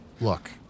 Look